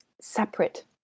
separate